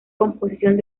composición